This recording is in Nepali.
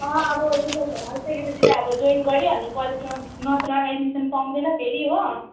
अँ अब रिजल्टहरू आइसकेपछि त अब जोइन गरिहाल्नु कलेजमा नत्र एड्मिसन पाउँदैन फेरि हो